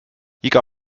iga